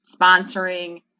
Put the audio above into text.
sponsoring